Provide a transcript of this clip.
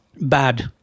Bad